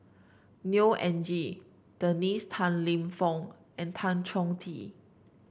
Neo Anngee Dennis Tan Lip Fong and Tan Chong Tee